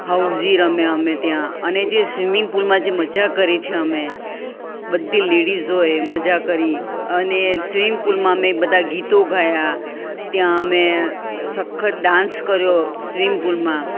હાઉસી રમ્યા અમે ત્યાં અને જે સ્વિમિંગ પુલમાં જે મજા કરી છે અમે બધી લેડિઝોએ મજા કરી અને સ્વિમિંગ પુલમાં અમે બધા ગીતો ગાયા ત્યાં અમે સખત ડાન્સ કર્યો સ્વિમિંગ પુલમાં